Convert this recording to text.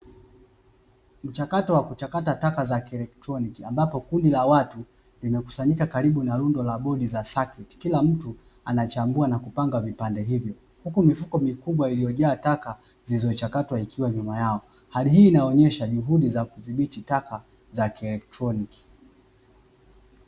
Mchakato wKuchakata taka za kieletronuki ambapo kundi la watu limekusanyika karibu na bodi za saketi, kila mtu anachambua na kupanga vipande hivyo, huku mifuko mikubwa ikiwa nyuma yao juhudi hiu inaonesha kudhibiti taka za kielektroniki